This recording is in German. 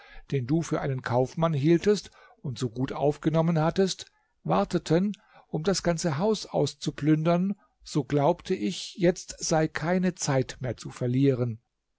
den du für einen kaufmann hieltest und so gut aufgenommen hattest warteten um das ganze haus auszuplündern so glaubte ich jetzt sei keine zeit mehr zu verlieren